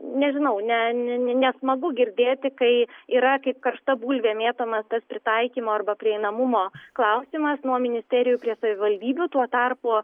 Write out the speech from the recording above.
nežinau ne ne nesmagu girdėti kai yra kaip karšta bulvė mėtomas tas pritaikymo arba prieinamumo klausimas nuo ministerijų savivaldybių tuo tarpu